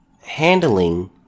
handling